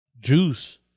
juice